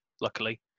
luckily